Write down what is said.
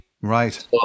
Right